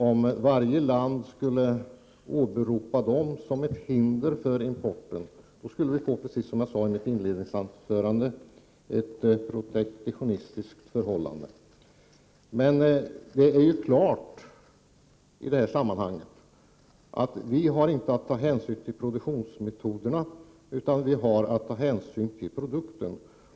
Om varje land skulle åberopa sina egna regler som ett hinder för import skulle vi få, som jag sade i mitt inledningsanförande, ett protektionistiskt förhållande. Det är klart att vi i detta sammanhang inte har att ta hänsyn till produktionsmetoderna utan till produkterna.